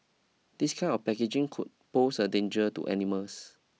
this kind of packaging could pose a danger to animals